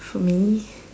for me